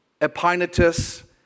Epinetus